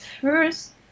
first